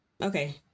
okay